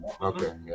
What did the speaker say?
Okay